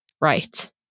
Right